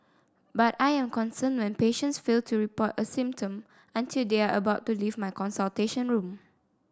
but I am concerned when patients fail to report a symptom until they are about to leave my consultation room